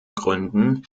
gründen